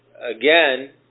again